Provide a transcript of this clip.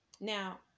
Now